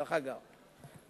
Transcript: אגב,